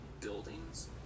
buildings